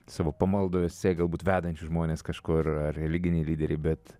savo pamaldose galbūt vedančius žmones kažkur ar religiniai lyderiai bet